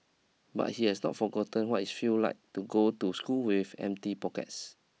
but he has not forgotten what it feel like to go to school with empty pockets